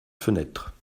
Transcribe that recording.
fenêtre